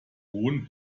hohen